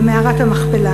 למערת המכפלה,